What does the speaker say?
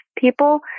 people